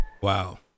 Wow